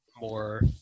more